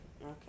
okay